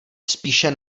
spíše